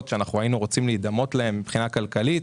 שהיינו רוצים להידמות להן מבחינה כלכלית,